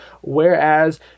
whereas